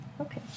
okay